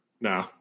No